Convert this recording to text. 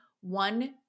one